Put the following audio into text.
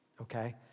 okay